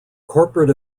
corporate